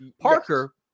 Parker